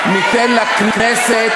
רבותי,